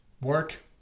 work